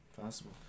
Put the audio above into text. Possible